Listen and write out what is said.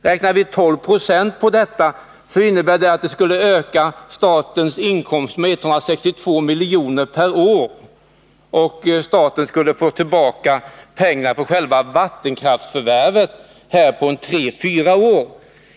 Räknar vi 12 26 på detta, innebär det att statens inkomster skulle öka med 160 miljoner per år och att staten skulle få tillbaka pengarna för själva vattenkraftsförvärvet på 3—4 år.